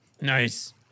Nice